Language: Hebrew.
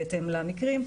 בהתאם למקרים,